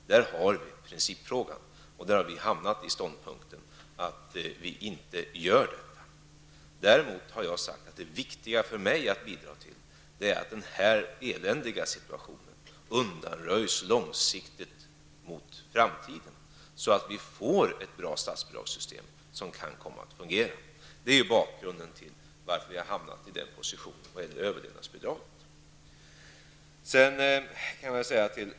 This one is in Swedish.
Där har vi principfrågan. Vi har hamnat i ståndpunkten att vi inte skall göra det. Däremot har jag sagt att det viktiga för mig är att bidra till att denna eländiga situation långsiktigt undanröjs så att vi i framtiden får ett bra statsbidragssystem som kan komma att fungera. Detta var bakgrunden till att vi hamnat i denna position när det gäller överlevnadsbidraget.